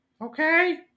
Okay